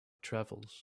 travels